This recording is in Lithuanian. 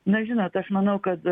na žinot aš manau kad